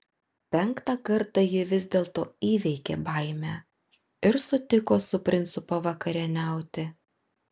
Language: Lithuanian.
penktą kartą ji vis dėlto įveikė baimę ir sutiko su princu pavakarieniauti